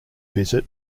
visit